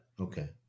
okay